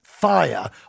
fire